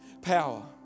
power